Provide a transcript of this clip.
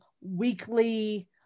weekly